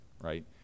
right